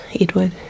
edward